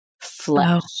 flesh